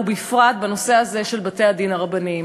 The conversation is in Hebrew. ובפרט בנושא הזה של בתי-הדין הרבניים.